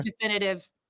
definitive